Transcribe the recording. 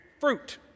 fruit